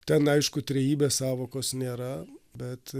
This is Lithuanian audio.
ten aišku trejybės sąvokos nėra bet